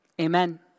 Amen